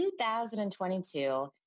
2022